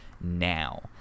now